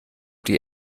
die